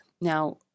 Now